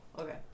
okay